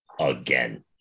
again